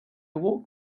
walked